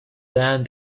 band